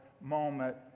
moment